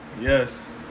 Yes